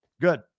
good